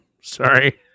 Sorry